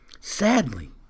Sadly